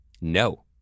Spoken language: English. No